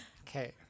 Okay